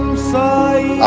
sai!